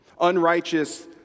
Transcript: Unrighteous